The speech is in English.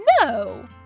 No